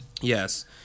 Yes